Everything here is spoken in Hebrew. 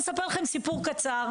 אז אני אספר לכם סיפור קצר.